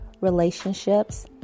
relationships